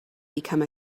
become